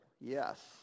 yes